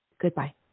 Goodbye